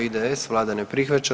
IDS, Vlada ne prihvaća.